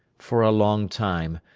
for a long time,